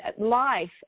life